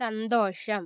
സന്തോഷം